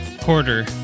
quarter